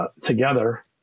together